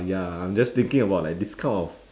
ya I'm just thinking about like this kind of